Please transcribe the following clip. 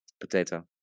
potato